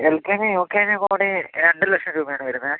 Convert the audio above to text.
ഈ L K G U K G കൂടി രണ്ട് ലക്ഷം രൂപയാണ് വരുന്നത്